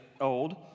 old